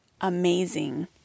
amazing